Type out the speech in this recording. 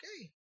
okay